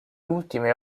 ultime